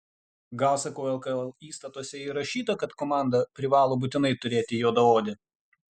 gal sakau lkl įstatuose įrašyta kad komanda privalo būtinai turėti juodaodį